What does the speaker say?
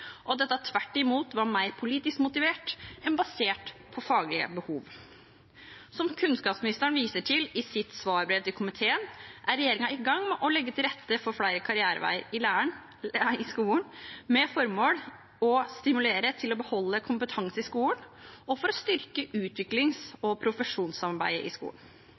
og at dette tvert imot var mer politisk motivert enn basert på faglige behov. Som kunnskapsministeren viser til i sitt svarbrev til komiteen, er regjeringen i gang med å legge til rette for flere karriereveier i skolen, med formål å stimulere til å beholde kompetanse i skolen og for å styrke utviklings- og profesjonssamarbeidet i skolen.